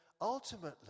ultimately